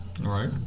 Right